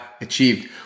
achieved